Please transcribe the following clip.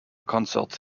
concert